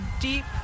deep